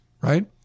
right